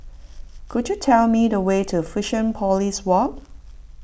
could you tell me the way to Fusionopolis Walk